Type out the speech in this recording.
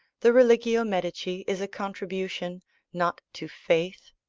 the religio medici is a contribution, not to faith,